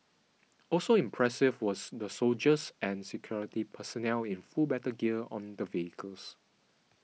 also impressive were the soldiers and security personnel in full battle gear on the vehicles